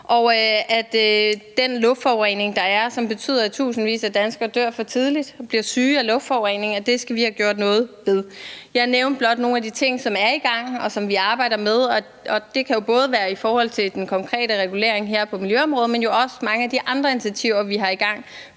Og den luftforurening, der er, og som betyder, at tusindvis at danskere dør for tidligt, bliver syge af luftforurening, skal vi have gjort noget ved. Jeg nævnte blot nogle af de ting, som er i gang, og som vi arbejder med, og det kan jo både være i forhold til den konkrete regulering her på miljøområdet, men jo også mange af de andre initiativer, vi har i gang,